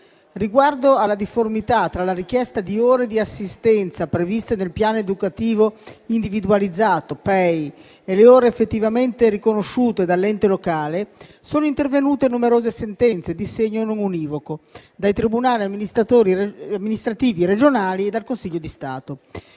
riguardo alla difformità tra la richiesta di ore di assistenza previste nel piano educativo individualizzato (PEI) e le ore effettivamente riconosciute dall'ente locale, sono intervenute numerose sentenze di segno non univoco dai tribunali amministrativi regionali e dal Consiglio di Stato.